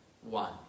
one